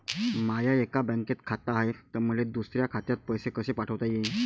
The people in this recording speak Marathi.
माय एका बँकेत खात हाय, त मले दुसऱ्या खात्यात पैसे कसे पाठवता येईन?